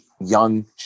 young